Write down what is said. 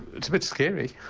it's a bit scary.